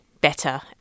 better